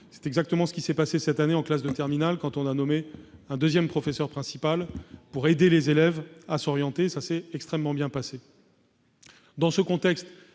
C'est exactement ce qui s'est passé cette année en classe de terminale : un second professeur principal a été nommé pour aider les élèves à s'orienter et cela s'est extrêmement bien passé. Dans ce contexte,